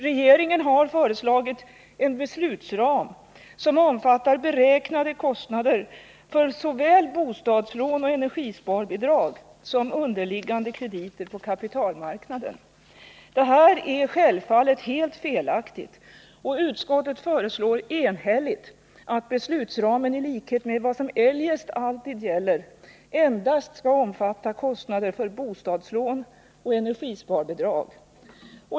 Regeringen har föreslagit en beslutsram som omfattar beräknade kostnader för såväl bostadslån och energisparbidrag som underliggande krediter på kapitalmarknaden. Detta är självfallet helt felaktigt, och utskottet föreslår enhälligt att beslutsramen i likhet med vad som eljest alltid gäller endast skall omfatta kostnader för bostadslån och energisparbidrag.